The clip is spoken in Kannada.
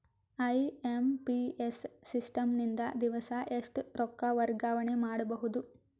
ಐ.ಎಂ.ಪಿ.ಎಸ್ ಸಿಸ್ಟಮ್ ನಿಂದ ದಿವಸಾ ಎಷ್ಟ ರೊಕ್ಕ ವರ್ಗಾವಣೆ ಮಾಡಬಹುದು?